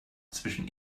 zwischen